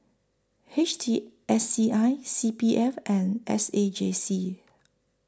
H T S C I C P F and S A J C